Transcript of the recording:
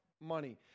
money